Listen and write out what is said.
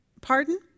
Pardon